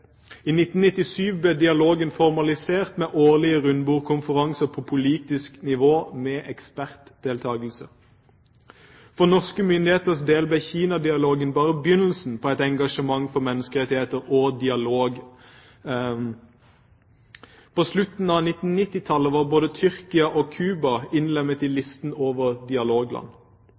I 1997 ble dialogen formalisert med årlige rundebordskonferanser på politisk nivå med ekspertdeltakelse. For norske myndigheters del ble Kina-dialogen bare begynnelsen på et engasjement for menneskerettigheter og dialog. På slutten av 1990-tallet var både Tyrkia og Cuba innlemmet i listen over dialogland.